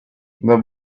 the